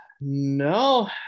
No